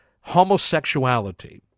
homosexuality